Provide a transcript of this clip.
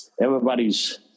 everybody's